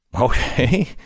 Okay